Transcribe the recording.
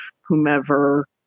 whomever